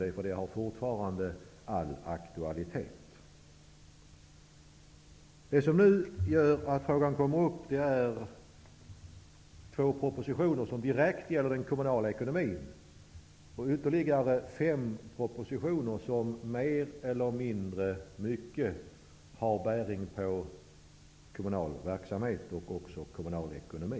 Det har fortfarande all aktualitet. Att frågan nu kommer upp beror på två propositioner som direkt gäller den kommunala ekonomin. Det finns även ytterligare fem propositioner som mer eller mindre gäller kommunal verksamhet och kommunal ekonomi.